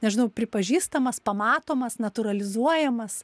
nežinau pripažįstamas pamatomas natūralizuojamas